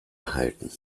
halten